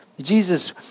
Jesus